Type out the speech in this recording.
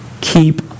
Keep